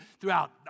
throughout